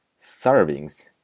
servings